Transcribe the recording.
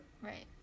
Right